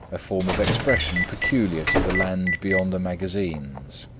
a form of expression peculiar to the land beyond the magazines.